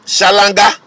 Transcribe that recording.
Shalanga